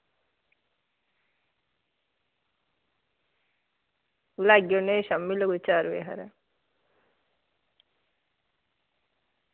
लाई औने शामीं कोई चार बजे हारे